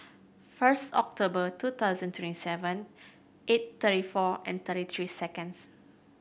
first October two thousand twenty seven eight thirty four and thirty three seconds